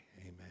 Amen